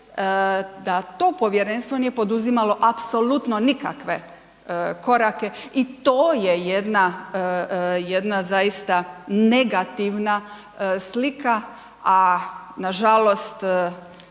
da to povjerenstvo nije poduzimalo apsolutno nikakve korake i to je jedna, jedna zaista negativna slika, a nažalost